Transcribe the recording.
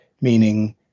meaning